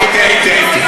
הייתי, הייתי, הייתי.